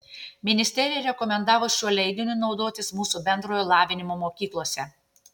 ministerija rekomendavo šiuo leidiniu naudotis mūsų bendrojo lavinimo mokyklose